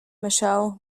michelle